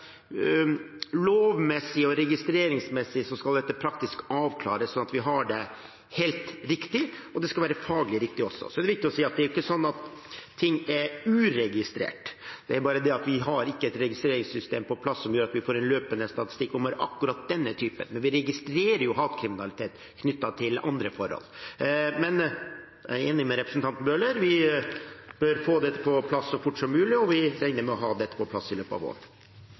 Så er det viktig å si at ting ikke er uregistrert. Det er bare det at vi ikke har et registreringssystem på plass som gjør at vi får en løpende statistikk over akkurat denne typen, men vi registrerer jo hatkriminalitet knyttet til andre forhold. Men jeg er enig med representanten Bøhler. Vi bør få dette på plass så fort som mulig, og vi regner med å ha dette på plass i løpet av våren.